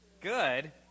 good